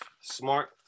smart